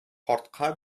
картка